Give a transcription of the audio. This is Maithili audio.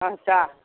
अच्छा